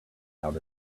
out